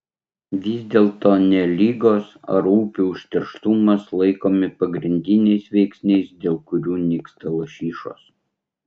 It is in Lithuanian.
vis dėlto ne ligos ar upių užterštumas laikomi pagrindiniais veiksniais dėl kurių nyksta lašišos